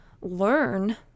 learn